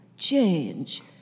change